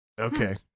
Okay